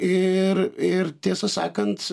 ir ir tiesą sakant